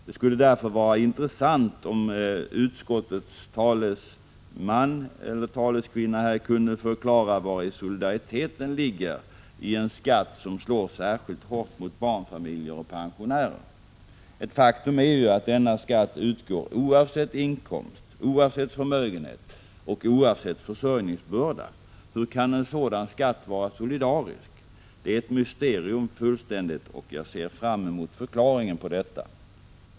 Det skulle därför vara intressant om utskottets talesman eller kvinna kunde förklara vari solidariteten ligger i en skatt som slår särskilt hårt mot barnfamiljer och pensionärer. Ett faktum är ju att denna skatt utgår oavsett inkomster, förmögenhet eller försörjningsbörda. Hur kan en sådan skatt vara solidarisk? Detta är ett fullständigt mysterium, och jag ser fram emot förklaringen på detta.